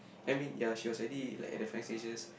I mean ya she was already like at the final stages